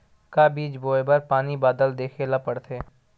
का बीज बोय बर पानी बादल देखेला पड़थे?